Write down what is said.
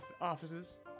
offices